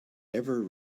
ever